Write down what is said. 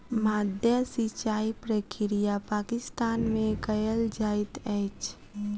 माद्दा सिचाई प्रक्रिया पाकिस्तान में कयल जाइत अछि